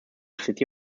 city